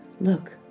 Look